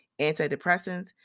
Antidepressants